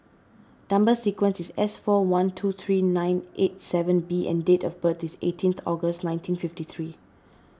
Number Sequence is S four one two three nine eight seven B and date of birth is eighteenth August nineteen fifty three